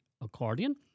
accordion